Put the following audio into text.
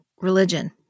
religion